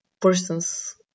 person's